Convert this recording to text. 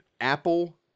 apple